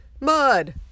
mud